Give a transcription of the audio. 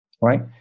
right